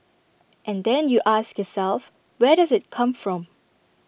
and then you ask yourself where does IT come from